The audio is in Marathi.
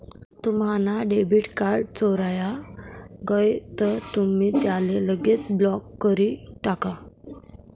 तुम्हना डेबिट कार्ड चोराय गय तर तुमी त्याले लगेच ब्लॉक करी टाका